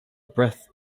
breath